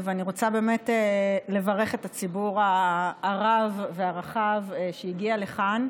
אני רוצה לברך את הציבור הרב והרחב שהגיע לכאן,